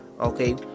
Okay